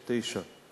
התשע"ב (11 בינואר 2012):